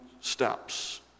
steps